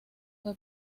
fue